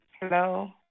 Hello